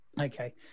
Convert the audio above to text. Okay